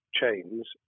chains